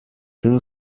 two